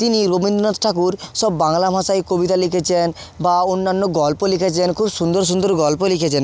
তিনি রবীন্দ্রনাথ ঠাকুর সব বাংলা ভাষায় কবিতা লিখেছেন বা অন্যান্য গল্প লিখেছেন খুব সুন্দর সুন্দর গল্প লিখেছেন